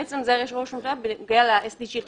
בעצם זו האסטרטגיה של ראש הממשלה לעמידה של ישראל ב-SDGs.